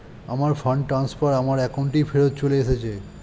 আমার fund transfer আমার অ্যাকাউন্টেই ফেরত চলে এসেছে